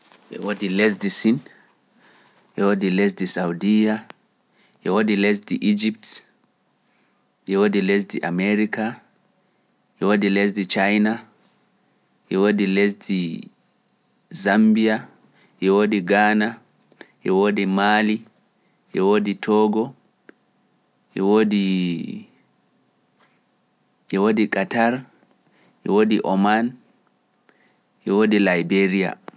E woodi lesdi Sin, e woodi lesdi Sawdiiya, e woodi lesdi Egypt, e woodi lesdi Amirka, e woodi lesdi China, e woodi lesdi Zammbiya, e woodi Gaana e woodi Maali, e woodi Toogo, e woodi, e woodi Kataar, e woodi Oman, e woodi Laabeeriya.